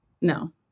No